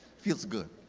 feels good.